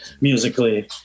musically